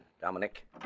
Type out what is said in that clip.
Dominic